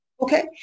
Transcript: Okay